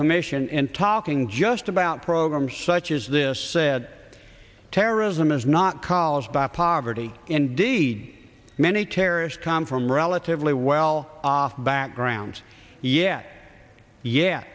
commission and talking just about programs such as this said terrorism is not college by poverty indeed many terrorists come from relatively well off background yeah yeah